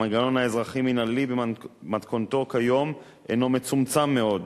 המנגנון האזרחי-מינהלי במתכונתו כיום הינו מצומצם מאוד.